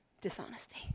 dishonesty